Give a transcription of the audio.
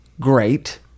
great